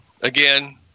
again